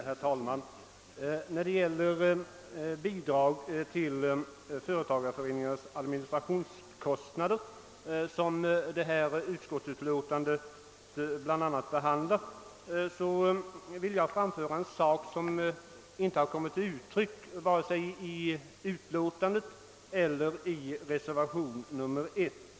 Herr talman! När det gäller bidrag till företagareföreningarnas administrationskostnader, som detta utskottsutlå tande bl.a. behandlar, vill jag framföra en sak som inte har kommit till uttryck vare sig i utlåtandet eller i reservationen 1.